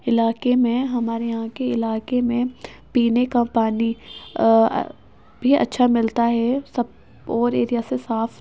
علاقے میں ہمارے یہاں کے علاقے میں پینے کا پانی بھی اچھا ملتا ہے سب اور ایریا سے صاف